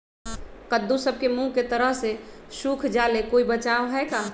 कददु सब के मुँह के तरह से सुख जाले कोई बचाव है का?